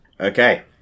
okay